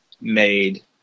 made